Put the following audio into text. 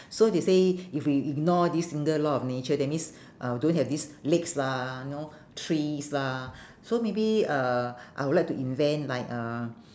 so they say if we ignore this single law of nature that means uh don't have this lakes lah you know trees lah so maybe uh I would like to invent like uh